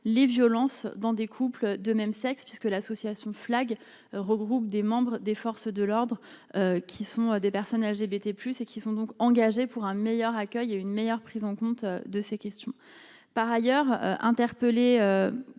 les violences dans des couples de même sexe puisque l'association Flag regroupe des membres des forces de l'ordre, qui sont des personnes LGBT plus et qui sont donc engagés pour un meilleur accueil et une meilleure prise en compte de ces questions par ailleurs interpellé